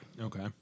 Okay